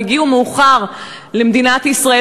הם הגיעו מאוחר למדינת ישראל,